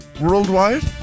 worldwide